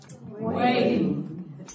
Waiting